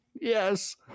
Yes